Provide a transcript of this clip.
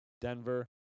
Denver